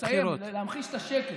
הינה, אני מסיים, להמחיש את השקט.